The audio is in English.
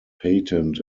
patent